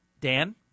Dan